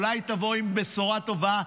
אולי תבוא עם בשורה טובה.